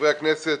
חברי הכנסת,